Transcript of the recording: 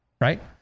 right